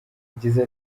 yagize